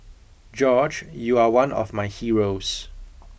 George you are one of my heroes